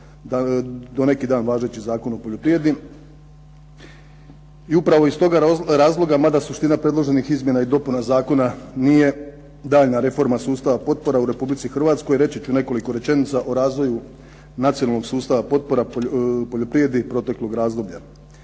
do neki dan važeći Zakon o poljoprivredi. I upravo iz toga razloga mada suština predloženih izmjena i dopuna zakona nije daljnja reforma sustava potpora u Republici Hrvatskoj, reći ću nekoliko rečenica o razvoju nacionalnog sustava potpora o poljoprivredi proteklog razdoblja.